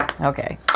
Okay